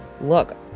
look